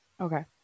Okay